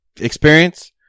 experience